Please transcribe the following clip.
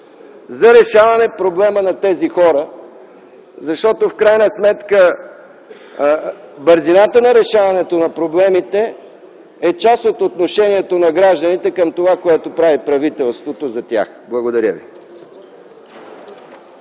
за решаване проблема на тези хора? В крайна сметка бързината за решаване на проблемите е част от отношението на гражданите към това, което прави правителството за тях. Благодаря ви.